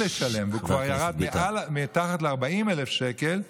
לשלם והוא כבר ירד מתחת ל-40,000 שקל,